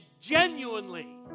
genuinely